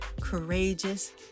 courageous